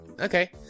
Okay